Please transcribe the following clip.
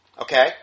Okay